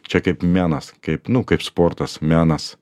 čia kaip menas kaip nu kaip sportas menas